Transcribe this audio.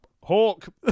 hawk